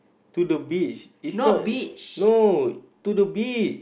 to the beach it's not no to the beach